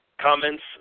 Comments